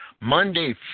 Monday